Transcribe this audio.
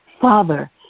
Father